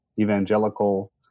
evangelical